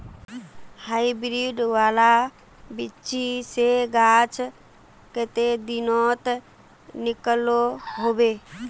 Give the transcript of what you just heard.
Hybrid वाला बिच्ची से गाछ कते दिनोत निकलो होबे?